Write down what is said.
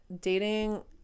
dating